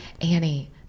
Annie